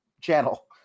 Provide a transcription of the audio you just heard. channel